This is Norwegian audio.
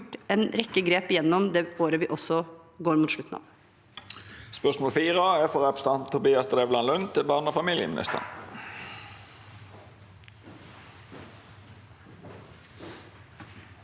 en rekke grep gjennom det året vi går mot slutten av.